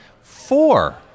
four